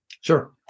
Sure